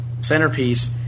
centerpiece